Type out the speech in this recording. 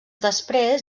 després